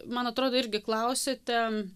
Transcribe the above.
man atrodo irgi klausėte